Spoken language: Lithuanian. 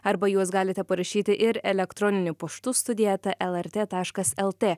arba juos galite parašyti ir elektroniniu paštu studija eta lrt taškas lt